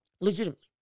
Legitimately